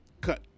cut